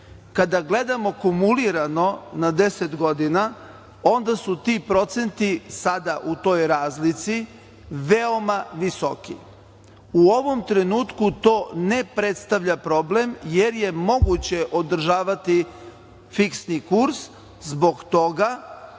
isti. Kada gledamo kumulirano na 10 godina, onda su ti procenti sada u toj razlici veoma visoki. U ovom trenutku to ne predstavlja problem jer je moguće održavati fiksni kurs zbog toga